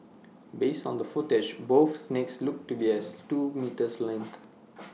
based on the footage both snakes looked to be as at least two metres in length